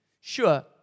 Sure